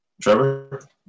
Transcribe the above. Trevor